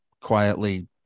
quietly